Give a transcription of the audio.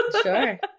Sure